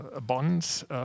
bonds